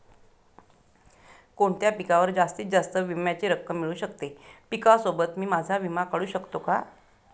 कोणत्या पिकावर जास्तीत जास्त विम्याची रक्कम मिळू शकते? पिकासोबत मी माझा विमा काढू शकतो का?